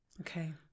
Okay